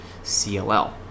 CLL